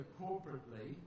corporately